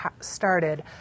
started